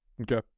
Okay